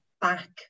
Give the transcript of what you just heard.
back